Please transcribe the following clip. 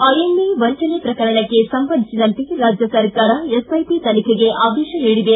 IMA ವಂಚನೆ ಪ್ರಕರಣಕ್ಕೆ ಸಂಬಂಧಿಸಿದಂತೆ ರಾಜ್ಯ ಸರ್ಕಾರ ಎಸ್ಐಟಿ ತನಿಖೆಗೆ ಆದೇಶ ನೀಡಿದೆ